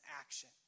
action